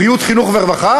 בריאות, חינוך ורווחה?